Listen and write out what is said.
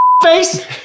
face